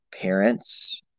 parents